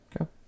Okay